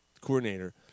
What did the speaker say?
coordinator